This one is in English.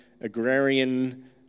agrarian